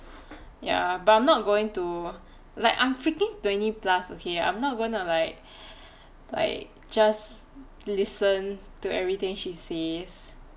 ya but I'm not going to like I'm freaking twenty plus okay I'm not going to like like just listen to everything she says